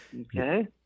Okay